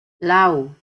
lau